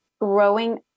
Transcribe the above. growing